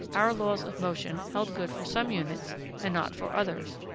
our laws of motion held good for some units and not for others,